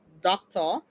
doctor